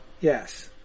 Yes